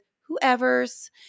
whoever's